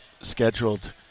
scheduled